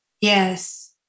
Yes